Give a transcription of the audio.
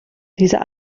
dieser